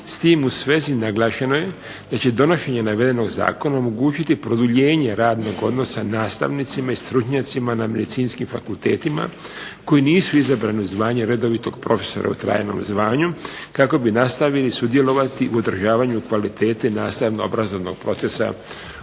S tim u svezi naglašeno je da će donošenje navedenog zakona omogućiti produljenje radnog odnosa nastavnicima i stručnjacima na medicinskim fakultetima koji nisu izabrani u zvanje redovitog profesora u trajnom zvanju kako bi nastavili sudjelovati u održavanju kvalitete nastavno-obrazovnog procesa u